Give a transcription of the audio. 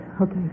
Okay